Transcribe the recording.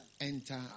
Enter